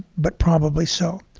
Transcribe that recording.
but probably so.